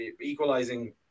equalizing